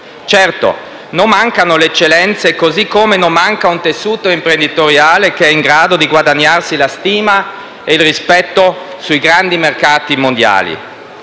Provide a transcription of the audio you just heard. Certo, non mancano le eccellenze così come non manca un tessuto imprenditoriale che è in grado di guadagnarsi la stima e il rispetto sui grandi mercati mondiali;